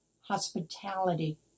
hospitality